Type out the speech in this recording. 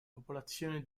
popolazione